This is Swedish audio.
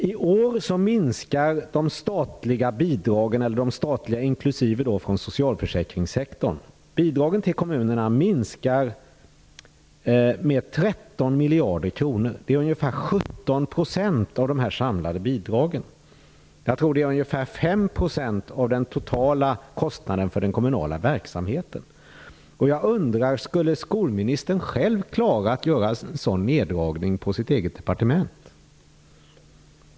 I år minskar de statliga bidragen till kommunerna, inklusive de från socialförsäkringssektorn, med 13 miljarder kronor. Det är ungefär 17 % av de samlade bidragen. Jag tror att det är ca 5 % av den totala kostnaden för den kommunala verksamheten. Jag undrar om skolministern själv skulle klara av att göra en sådan neddragning på sitt eget departement.